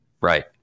Right